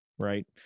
right